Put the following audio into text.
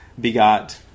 begot